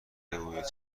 بگویید